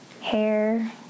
hair